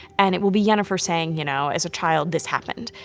and it will be yennefer saying, you know, as a child this happened.